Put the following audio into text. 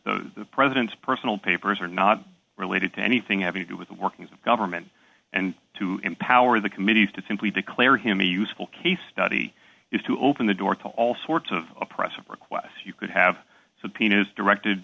the president's personal papers are not related to anything having to do with the workings of government and to empower the committees to simply declare him a useful case study is to open the door to all sorts of oppressive requests you could have subpoena